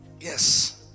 Yes